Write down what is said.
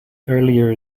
earlier